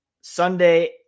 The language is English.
Sunday